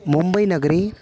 मुम्बैनगरी